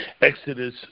Exodus